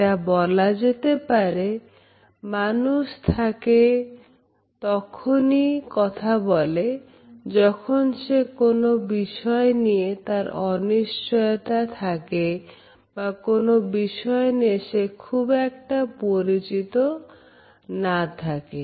এটা বলা যেতে পারে মানুষ থাকে তখনই কথা বলে যখন সে কোন বিষয় নিয়ে তার অনিশ্চয়তা থাকে বা কোন বিষয় নিয়ে সে খুব একটা পরিচিত না থাকে